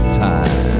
time